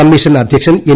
commission അദ്ധ്യക്ഷൻ N